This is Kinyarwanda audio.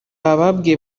ababwiye